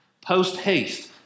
post-haste